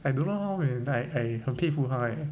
I don't know how eh like 很佩服他 eh